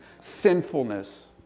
sinfulness